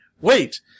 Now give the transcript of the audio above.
wait